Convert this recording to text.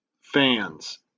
fans